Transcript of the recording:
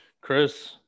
Chris